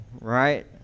right